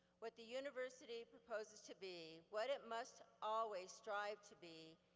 what the university proposes to be, what it must always strive to be,